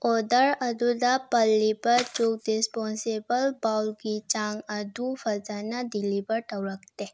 order ꯑꯗꯨꯗ ꯄꯜꯂꯤꯕ ꯆꯨꯜꯛ ꯗꯤꯁꯄꯣꯟꯁꯤꯕꯜ ꯕꯥꯎꯂꯒꯤ ꯆꯥꯡ ꯑꯗꯨ ꯐꯖꯅ ꯗꯤꯂꯤꯕꯔ ꯇꯧꯔꯛꯇꯦ